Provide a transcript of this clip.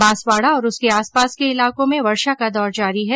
बांसवाडा और उसके आस पास के इलाकों में वर्षा का दौर जारी है